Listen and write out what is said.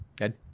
Ed